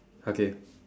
okay